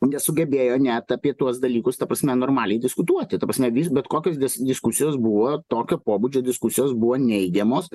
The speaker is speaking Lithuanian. nesugebėjo net apie tuos dalykus ta prasme normaliai diskutuoti ta prasme vis bet kokios dis diskusijos buvo tokio pobūdžio diskusijos buvo neigiamos